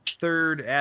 third